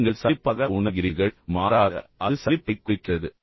எனவே நீங்கள் சலிப்பாக உணர்கிறீர்கள் மாறாக அது சலிப்பைக் குறிக்கிறது